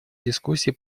дискуссии